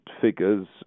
figures